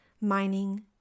mining